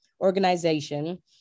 organization